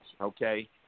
Okay